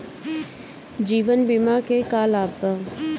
जीवन बीमा के का लाभ बा?